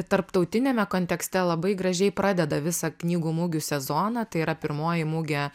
tarptautiniame kontekste labai gražiai pradeda visą knygų mugių sezoną tai yra pirmoji mugė